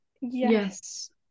Yes